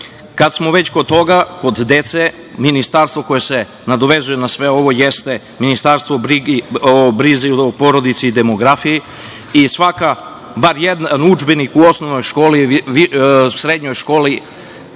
smo već kod toga, kod dece, ministarstvo koje se nadovezuje na sve ovo jeste ministarstvo o brizi o porodici i demografiji. Svaki, bar jedan udžbenik u osnovnoj školi, srednjoj školi